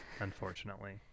unfortunately